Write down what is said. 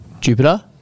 Jupiter